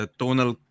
tonal